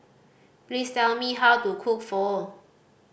please tell me how to cook Pho